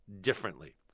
differently